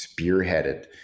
spearheaded